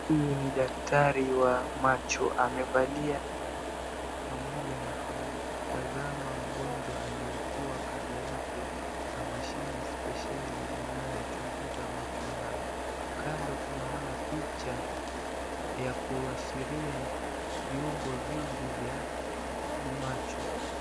Huyu ni daktari wa macho amevalia miwani pamoja na kumtazama mgonjwa aliyekuwa kando yake na mashini speseli inayochunguza macho hayo. Kando tunaona picha ya kuashiria viungo vingi vya macho.